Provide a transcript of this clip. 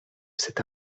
cet